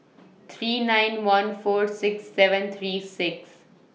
three nine one four six seven three six